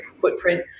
footprint